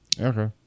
Okay